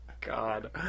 God